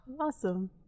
Awesome